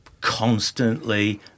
constantly